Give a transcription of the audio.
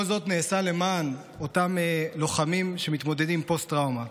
וכל זאת נעשה למען אותם לוחמים שמתמודדים עם פוסט-טראומה.